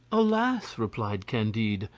alas! replied candide,